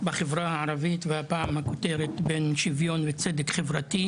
בחברה הערבית והפעם הכותרת היא בין שוויון וצדק חברתי,